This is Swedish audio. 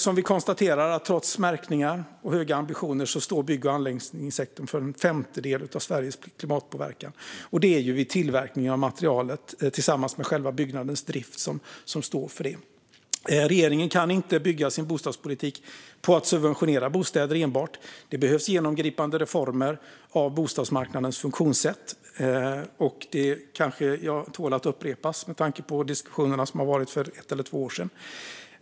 Som vi konstaterar står bygg och anläggningssektorn trots märkningar och höga ambitioner för en femtedel av Sveriges klimatpåverkan, och det är tillverkningen av materialet tillsammans med själva byggnadens drift som står för det. Regeringen kan inte bygga sin bostadspolitik enbart på att subventionera bostäder. Det behövs genomgripande reformer av bostadsmarknadens funktionssätt. Det kanske tål att upprepas med tanke på diskussionerna för ett eller två år sedan.